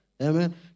Amen